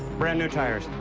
brand new tires.